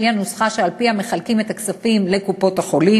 שהיא הנוסחה שעל-פיה מחלקים את הכספים לקופות-החולים,